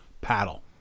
paddle